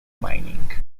mining